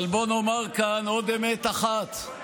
אבל בוא נאמר כאן עוד אמת אחת.